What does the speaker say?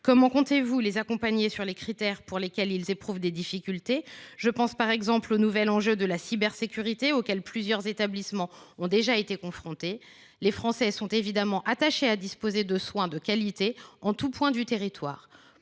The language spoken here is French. Comment comptez vous les accompagner concernant les critères qui leur posent problème ? Je pense, par exemple, au nouvel enjeu de la cybersécurité auquel plusieurs établissements ont déjà été confrontés. Les Français sont évidemment attachés à disposer de soins de qualité en tout point du territoire.